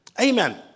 Amen